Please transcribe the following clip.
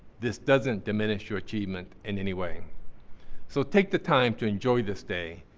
this doesn't diminish your achievement in any way. so take the time to enjoy this day,